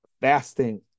fasting